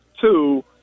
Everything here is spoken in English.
Two